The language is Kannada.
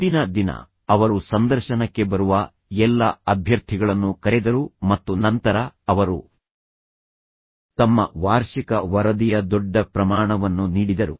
ಹಿಂದಿನ ದಿನ ಅವರು ಸಂದರ್ಶನಕ್ಕೆ ಬರುವ ಎಲ್ಲಾ ಅಭ್ಯರ್ಥಿಗಳನ್ನು ಕರೆದರು ಮತ್ತು ನಂತರ ಅವರು ತಮ್ಮ ವಾರ್ಷಿಕ ವರದಿಯ ದೊಡ್ಡ ಪ್ರಮಾಣವನ್ನು ನೀಡಿದರು